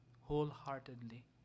wholeheartedly